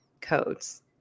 codes